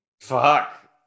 fuck